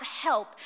help